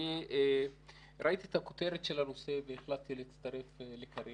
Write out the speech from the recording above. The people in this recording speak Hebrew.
אני ראיתי את כותרת הנושא והחלטתי להצטרף לקארין.